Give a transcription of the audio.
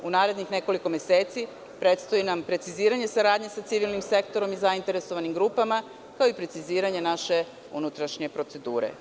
U narednih nekoliko meseci predstoji nam preciziranje saradnje sa civilnim sektorom i zainteresovanim grupama kao i preciziranje naše unutrašnje procedure.